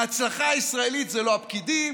ההצלחה הישראלית זה לא הפקידים,